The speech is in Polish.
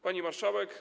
Pani Marszałek!